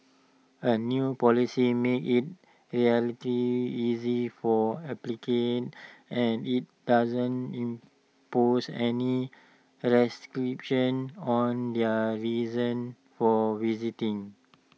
A new policy makes IT relative easy for applicants and IT doesn't impose any restrictions on their reasons for visiting